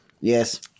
Yes